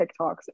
TikToks